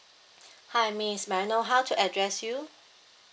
hi miss may I know how to address you